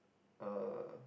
a